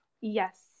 Yes